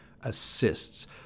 assists